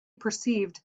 perceived